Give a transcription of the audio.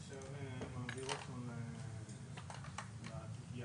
היה כאן נציגו שהתחייב ללכת הביתה,